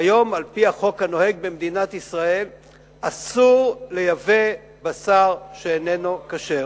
והיום על-פי החוק הנוהג במדינת ישראל אסור לייבא בשר שאיננו כשר.